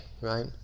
right